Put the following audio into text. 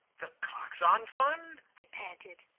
the coxon fund? i panted.